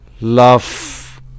love